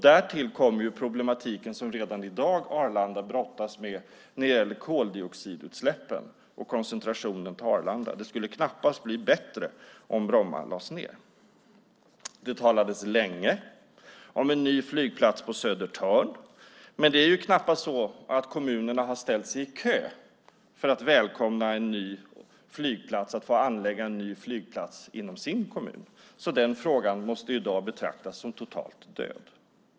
Därtill kommer den problematik som Arlanda redan i dag brottas med, nämligen koldioxidutsläppen och koncentrationen på just Arlanda. Det skulle knappast bli bättre om Bromma lades ned. Det talades länge om en ny flygplats på Södertörn, men politikerna i dessa kommuner har knappast ställt sig i kö för att få välkomna och anlägga en ny flygplats inom just sin kommun. Den frågan måste därför i dag betraktas som totalt död.